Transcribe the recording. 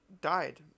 died